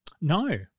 No